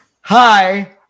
hi